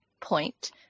point